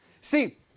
See